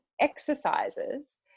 exercises